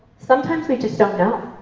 sometimes we just don't know.